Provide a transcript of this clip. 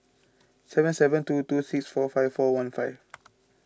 seven seven two two six four five four one five